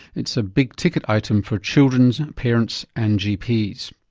it's a big ticket item for children, parents and gps.